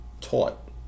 taught